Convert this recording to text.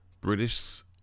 British